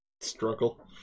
struggle